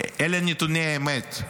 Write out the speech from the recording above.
אלה נתוני אמת,